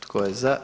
Tko je za?